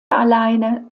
alleine